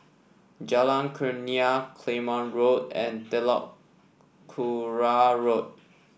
Jalan Kurnia Claymore Road and Telok Kurau Road